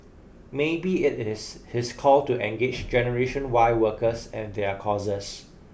maybe it is his call to engage generation Y workers and their causes